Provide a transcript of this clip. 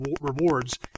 rewards